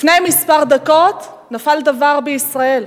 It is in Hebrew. לפני דקות מספר נפל דבר בישראל,